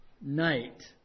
*Night*